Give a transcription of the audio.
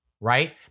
Right